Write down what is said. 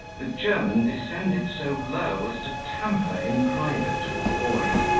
the german descended so low as to tamper in private with the boys,